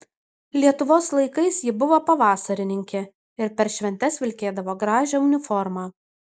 lietuvos laikais ji buvo pavasarininkė ir per šventes vilkėdavo gražią uniformą